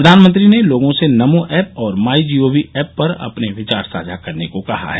प्रधानमंत्री ने लोगों से नमो ऐप और माइ जीओवी गॉव पर अपने विचार साझा करने को कहा है